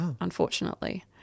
unfortunately